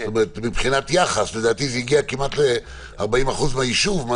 מבחינת יחס לדעתי זה הגיע כמעט ל-40% מהיישוב,